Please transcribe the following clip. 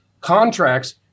contracts